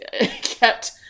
kept